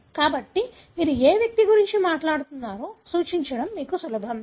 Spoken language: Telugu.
కాబట్టి మీరు ఏ వ్యక్తి గురించి మాట్లాడుతున్నారో సూచించడం మీకు సులభం